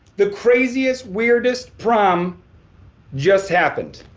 the craziest, weirdest prom just happened.